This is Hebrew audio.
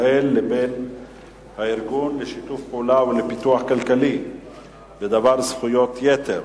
ישראל לבין הארגון לשיתוף פעולה ולפיתוח כלכלי בדבר זכויות יתר,